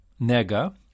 nega